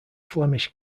flemish